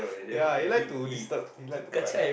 ya he like to disturb he like to cut